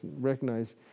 recognize